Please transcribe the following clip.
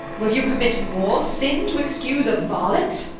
will you commit more sin, to excuse a varlet?